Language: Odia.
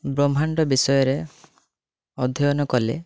ବ୍ରହ୍ମାଣ୍ଡ ବିଷୟରେ ଅଧ୍ୟୟନ କଲେ